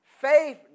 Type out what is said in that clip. Faith